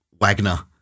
Wagner